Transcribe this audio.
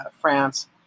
France